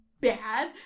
bad